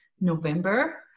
November